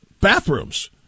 bathrooms